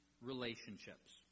relationships